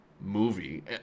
movie